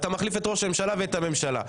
אתה מחליף את ראש הממשלה ואת הממשלה.